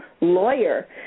lawyer